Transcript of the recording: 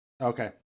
Okay